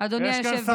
אדוני היושב-ראש.